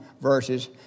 verses